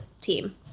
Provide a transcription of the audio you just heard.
team